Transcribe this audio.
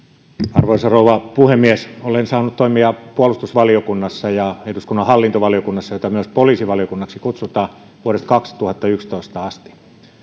arvoisa rouva puhemies olen saanut toimia puolustusvaliokunnassa ja eduskunnan hallintovaliokunnassa jota myös poliisivaliokunnaksi kutsutaan vuodesta kaksituhattayksitoista asti